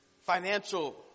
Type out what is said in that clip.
financial